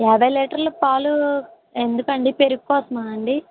యాభై లీటర్ల పాలు ఎందుకండి పెరుగు కోసమా అండీ